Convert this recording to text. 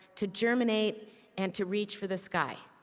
to germinate and to reach for the sky.